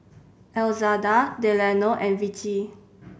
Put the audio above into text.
Elzada Delano and Vicie